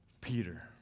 Peter